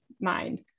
mind